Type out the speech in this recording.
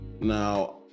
now